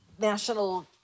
national